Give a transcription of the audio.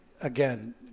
again